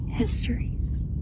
histories